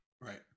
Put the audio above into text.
Right